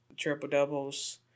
Triple-doubles